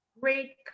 Great